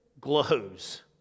glows